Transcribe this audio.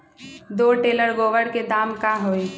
दो टेलर गोबर के दाम का होई?